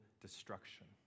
destruction